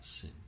sin